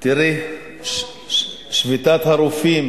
שביתת הרופאים